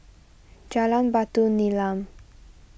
Jalan Batu Nilam